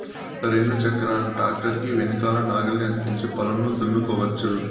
రెండు చక్రాల ట్రాక్టర్ కి వెనకల నాగలిని అతికించి పొలంను దున్నుకోవచ్చు